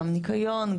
גם ניקיון,